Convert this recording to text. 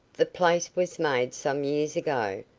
the place was made some years ago,